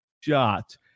Shot